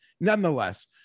Nonetheless